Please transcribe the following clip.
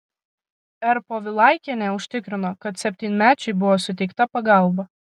r povilaikienė užtikrino kad septynmečiui buvo suteikta pagalba